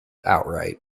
outright